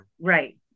right